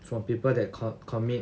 from people that com~ commit